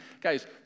Guys